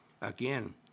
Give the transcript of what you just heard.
again